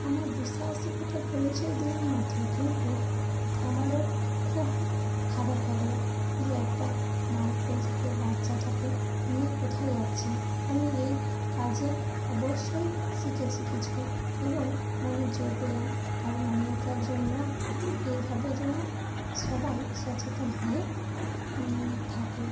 আমার দুঃসাহসিকতার পরিচয় দিলাম মাত্র কিন্তু আমারও খুব খারাপ লাগল যে একটা মায়ের কোল থেকে বাচ্চাটাকে নিয়ে কোথায় যাচ্ছে আমি এই কাজে অবশ্যই শিখেছি কিছু এবং মনের জোর পেলাম কারণ আমিও তো একজন মা এইভাবে যেন সবাই সচেতন হয়ে থাকে